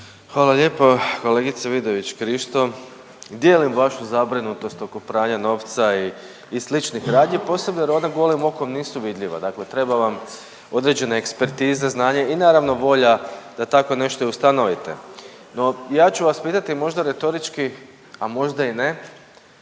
Hvala lijepa. Kolegice Vidović Krišto dijelu vašu zabrinutost oko pranja novca i sličnih radnji posebno jer ona golim okom nisu vidljiva. Dakle, treba vam određene ekspertize, znanje i naravno volja da tako nešto i ustanovite. No, ja ću vas pitati možda retorički, a možda i ne,